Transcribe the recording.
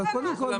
אבל קודם כול,